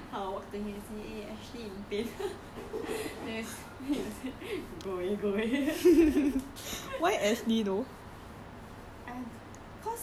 you know now every time when my stomach pain right I will walk to him and say eh ashley pain then he will say go away go away